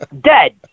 Dead